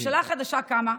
ממשלה חדשה קמה,